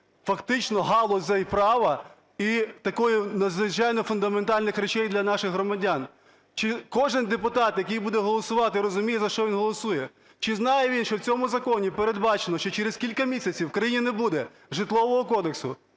фактично галузей права і таких надзвичайно фундаментальних речей для наших громадян. Чи кожен депутат, який буде голосувати, розуміє, за що він голосує? Чи знає він, що в цьому законі передбачено, що через кілька місяців в країні не буде Житлового кодексу,